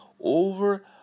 over